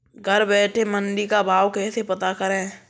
घर बैठे मंडी का भाव कैसे पता करें?